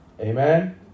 Amen